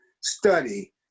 study